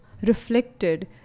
reflected